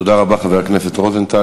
תודה רבה, חבר הכנסת רוזנטל.